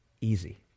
easy